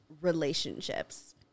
relationships